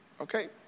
Okay